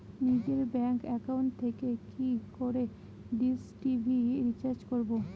নিজের bank account থেকে কি করে ডিশ টি.ভি রিচার্জ করবো?